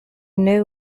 nawe